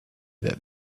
that